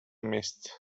mists